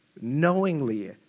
knowingly